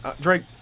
Drake